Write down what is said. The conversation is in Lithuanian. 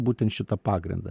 būtent šitą pagrindą